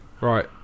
Right